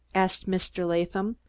asked mr. latham.